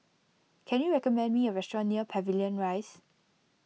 can you recommend me a restaurant near Pavilion Rise